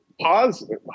pause